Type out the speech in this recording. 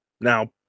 Now